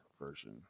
version